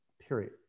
period